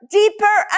deeper